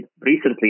recently